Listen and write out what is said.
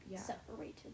separated